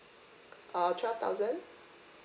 uh twelve thousand